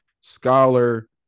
scholar